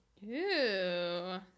Ew